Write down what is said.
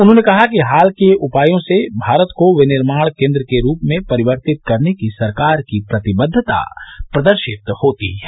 उन्होंने कहा कि हाल के उपायों से भारत को विनिर्माण केन्द्र के रूप में परिवर्तित करने की सरकार की प्रतिबद्वता प्रदर्शित होती है